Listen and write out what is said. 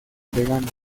vegana